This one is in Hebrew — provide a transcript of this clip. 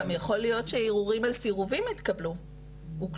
נכון וגם יכול להיות שערעורים על סירובים התקבלו והוגשו.